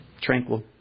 tranquil